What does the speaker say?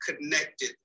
connected